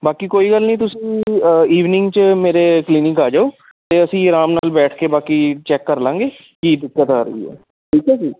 ਬਾਕੀ ਕੋਈ ਗੱਲ ਨਹੀਂ ਤੁਸੀਂ ਇਵਨਿੰਗ 'ਚ ਮੇਰੇ ਕਲੀਨਿਕ ਆ ਜਾਓ ਅਤੇ ਅਸੀਂ ਆਰਾਮ ਨਾਲ ਬੈਠ ਕੇ ਬਾਕੀ ਚੈੱਕ ਕਰ ਲਵਾਂਗੇ ਕੀ ਦਿੱਕਤ ਆ ਰਹੀ ਹੈ ਠੀਕ ਹੈ ਜੀ